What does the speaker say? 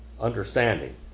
understanding